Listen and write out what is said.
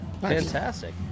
Fantastic